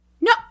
no